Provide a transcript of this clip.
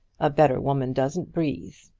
a better woman doesn't breathe.